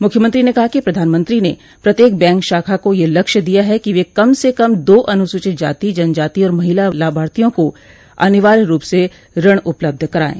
मुख्यमंत्री ने कहा कि प्रधानमंत्री ने प्रत्येक बैंक शाखा को यह लक्ष्य दिया है कि वे कम से कम दो अनुसूचित जाति जनजाति और महिला लाभार्थियों को अनिवार्य रूप से ऋण उपलब्ध कराये